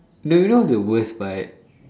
no you know what's the worst part